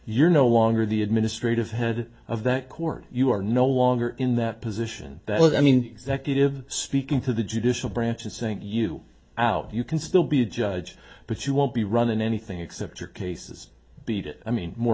you're no longer the administrative head of that court you are no longer in that position that well i mean that video of speaking to the judicial branch and saying you out you can still be a judge but you won't be running anything except your cases beat it i mean more